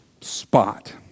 spot